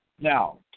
Now